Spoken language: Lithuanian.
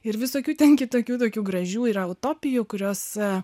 ir visokių kitokių tokių gražių yra utopijų kurios